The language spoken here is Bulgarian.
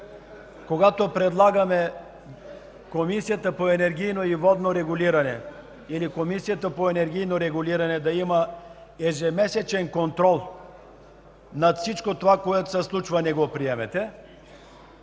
водно регулиране или Комисията за енергийно регулиране да има ежемесечен контрол над всичко това, което се случва, не го приемете?